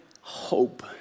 hope